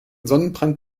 sonnenbrand